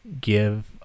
give